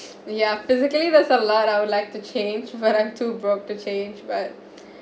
ya physically there's a lot I would like to change but I'm too broke to change but